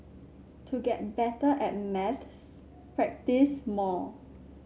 to get better at maths practise more